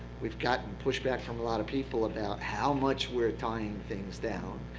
we've gotten pushback from a lot of people about how much we are tying things down.